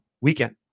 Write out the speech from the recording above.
weekend